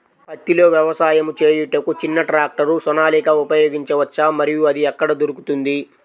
పత్తిలో వ్యవసాయము చేయుటకు చిన్న ట్రాక్టర్ సోనాలిక ఉపయోగించవచ్చా మరియు అది ఎక్కడ దొరుకుతుంది?